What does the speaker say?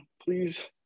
please